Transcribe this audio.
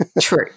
true